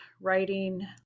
writing